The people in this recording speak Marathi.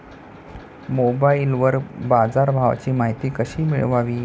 मोबाइलवर बाजारभावाची माहिती कशी मिळवावी?